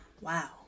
Wow